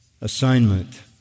assignment